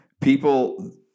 People